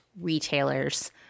retailers